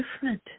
different